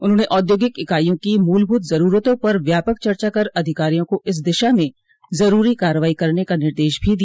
उन्होंने औद्योगिक इकाइयो की मूलभूत ज़रूरतों पर व्यापक चर्चा कर अधिकारियों को इस दिशा में ज़रूरी कार्रवाई करने का निर्देश भी दिया